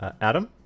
adam